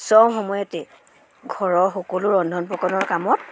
চব সময়তে ঘৰৰ সকলো ৰন্ধন প্ৰকৰণৰ কামত